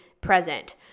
present